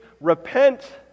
repent